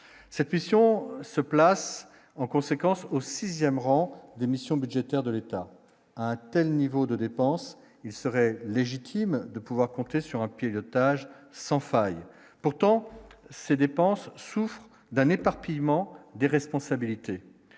cette mission se place en conséquence aussi. 6ème rang des missions budgétaires de l'État à untel, niveau de dépenses, il serait légitime de. Pouvoir compter sur un pilotage sans faille, pourtant ces dépenses souffrent d'un éparpillement des responsabilités,